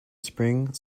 spring